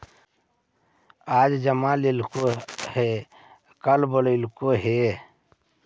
आज जमा लेलको कल बोलैलको हे?